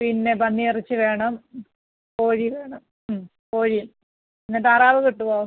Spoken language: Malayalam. പിന്നെ പന്നി ഇറച്ചി വേണം കോഴി വേണം കോഴി പിന്നെ താറാവ് കിട്ടുവോ